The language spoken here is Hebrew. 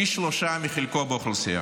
פי שלושה מחלקו באוכלוסייה.